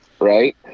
right